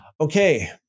Okay